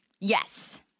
Yes